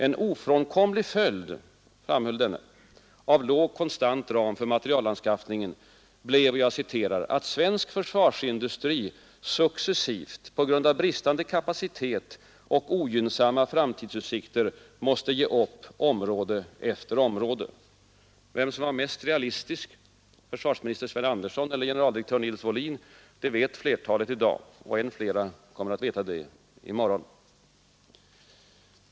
En ofrånkomlig följd, framhöll denne, av låg konstant ram för materielanskaffningen, blev ”att svensk försvarsindustri successivt, på grund av bristande kapacitet och ogynnsamma framtidsutsikter, måste ge upp område efter område. Vem som var mest realistisk, försvarsminister Sven Andersson eller generaldirektör Sten Wåhlin, det vet flertalet i dag, och än fler kommer att veta det i morgon.